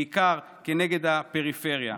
בעיקר כנגד הפריפריה.